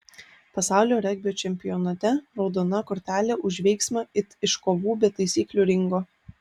pasaulio regbio čempionate raudona kortelė už veiksmą it iš kovų be taisyklių ringo